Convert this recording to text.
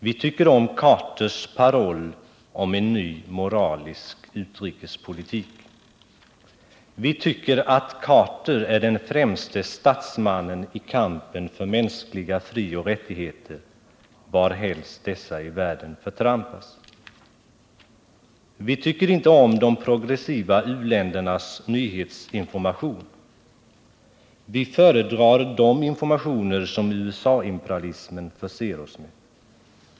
Vi tycker om president Carters paroll om ”en ny moralisk utrikespolitik”. Vi tycker att president Carter är den främste statsmannen i kampen för mänskliga frioch rättigheter varhelst dessa i världen förtrampas. Vi tycker inte om de progressiva u-ländernas nyhetsinformation; vi föredrar de informationer som USA-imperialismen förser oss med.